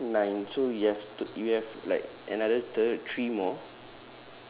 ya we have nine so we have t~ we have like another thir~ three more